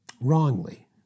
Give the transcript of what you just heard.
wrongly